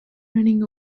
running